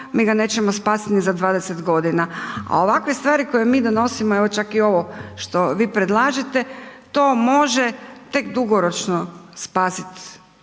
mi ga nećemo spasiti ni za 20 godina. A ovakve stvari koje mi donosimo, evo čak i ovo što vi predlažete to može tek dugoročno spasiti